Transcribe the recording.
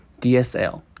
DSL